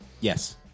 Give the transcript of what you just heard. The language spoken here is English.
Yes